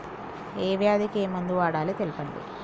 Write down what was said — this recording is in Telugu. ఏ వ్యాధి కి ఏ మందు వాడాలో తెల్పండి?